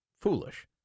foolish